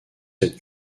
cette